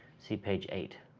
see page eight.